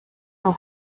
know